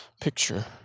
picture